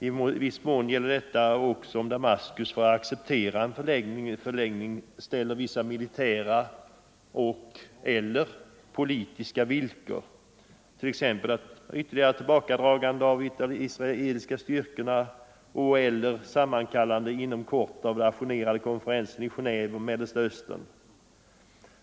I viss mån gäller detta också om Damaskus för att acceptera en förlängning ställer vissa militära och eller sammankallande inom kort av den ajournerade konferensen i Geneve om Mellersta Östern.